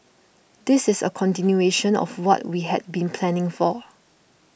this is a continuation of what we had been planning for